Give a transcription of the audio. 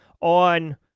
on